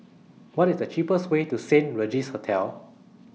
What IS The cheapest Way to Saint Regis Hotel